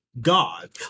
God